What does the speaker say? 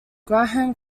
graham